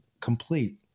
complete